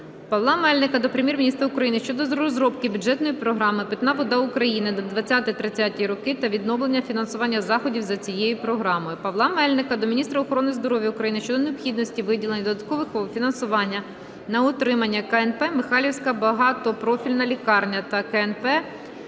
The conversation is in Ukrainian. Павла Мельника до Прем'єр-міністра України щодо розробки бюджетної програми "Питна вода України на 2020-2030 роки" та відновлення фінансування заходів за цією програмою. Павла Мельника до міністра охорони здоров'я України щодо необхідності виділення додаткового фінансування на утримання КНП "Михайлівська багатопрофільна лікарня" та КНП "Токмацька